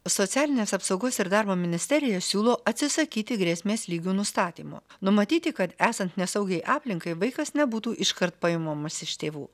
socialinės apsaugos ir darbo ministerija siūlo atsisakyti grėsmės lygių nustatymo numatyti kad esant nesaugiai aplinkai vaikas nebūtų iškart paimamas iš tėvų